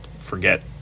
forget